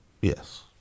Yes